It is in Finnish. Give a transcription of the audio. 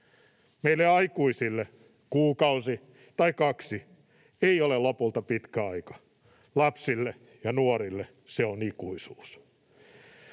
Meille aikuisille kuukausi tai kaksi ei ole lopulta pitkä aika. Lapsille ja nuorille se on ikuisuus.